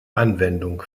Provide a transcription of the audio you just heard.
anwendung